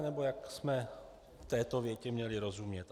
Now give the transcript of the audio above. Nebo jak jsme této větě měli rozumět?